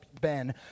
ben